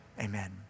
amen